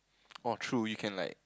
orh true you can like